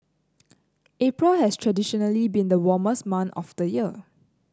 April has traditionally been the warmest month of the year